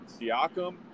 Siakam